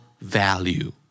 value